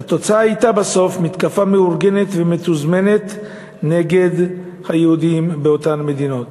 והתוצאה בסוף הייתה מתקפה מאורגנת ומתוזמנת נגד היהודים באותן מדינות.